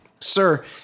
sir